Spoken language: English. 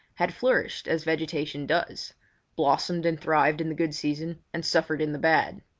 had flourished as vegetation does blossomed and thrived in the good season and suffered in the bad.